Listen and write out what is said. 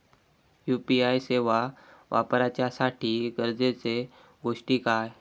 UPI सेवा वापराच्यासाठी गरजेचे गोष्टी काय?